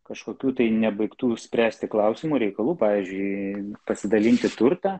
kažkokių tai nebaigtų spręsti klausimų reikalų pavyzdžiui pasidalinti turtą